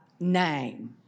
name